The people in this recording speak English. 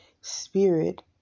spirit